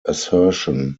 assertion